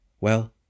Well